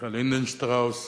מיכה לינדנשטראוס,